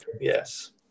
Yes